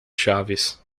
chaves